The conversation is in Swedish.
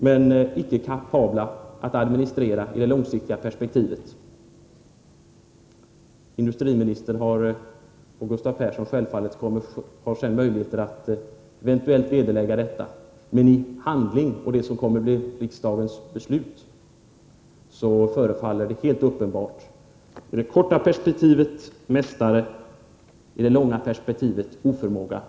Men de är icke kapabla att administrera i det långsiktiga perspektivet. Industriministern och, självfallet, Gustav Persson har ju möjlighet att vederlägga detta i debatten i dag. I handling — och det kommer ju att bli riksdagens beslut — är det helt uppenbart att det förhåller sig på följande sätt. I det korta perspektivet: mästare. I det långa perspektivet: oförmåga.